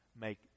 make